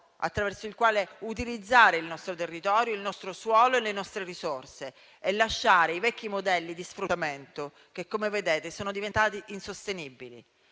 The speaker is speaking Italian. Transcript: attraverso il quale utilizzare il nostro territorio, il nostro suolo, le nostre risorse e lasciare i vecchi modelli di sfruttamento, che come vedete sono diventati insostenibili.